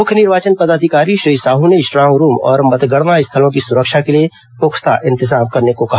मुख्य निर्वाचन पदाधिकारी श्री साहू ने स्ट्रांग रूम और मंतगणना स्थलों की सुरक्षा के लिए पुख्ता इंतजाम करने कहा